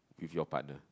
with your partner